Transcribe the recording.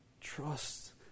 Trust